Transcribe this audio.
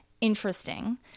interesting